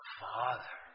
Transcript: father